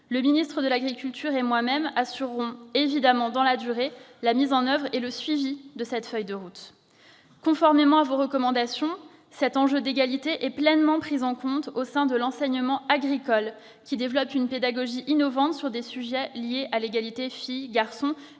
Le ministre de l'agriculture et moi-même assurerons, évidemment dans la durée, la mise en oeuvre et le suivi de cette feuille de route. Conformément à vos recommandations, cet enjeu d'égalité est pleinement pris en compte au sein de l'enseignement agricole qui développe une pédagogie innovante sur les sujets liés à l'égalité filles-garçons.